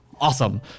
awesome